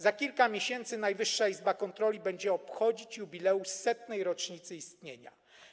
Za kilka miesięcy Najwyższa Izba Kontroli będzie obchodzić jubileusz, setną rocznicę istnienia.